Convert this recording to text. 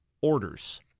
orders